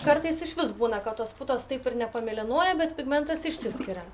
kartais išvis būna kad tos putos taip ir nepamėlynuoja bet pigmentas išsiskiria